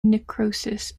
necrosis